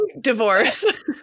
divorce